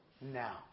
now